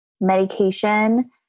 medication